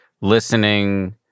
listening